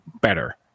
better